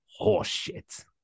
horseshit